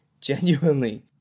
genuinely